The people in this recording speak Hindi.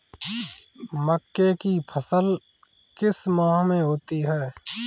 मक्के की फसल किस माह में होती है?